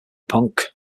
punk